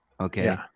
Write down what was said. Okay